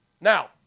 Now